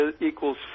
equals